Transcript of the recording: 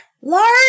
Large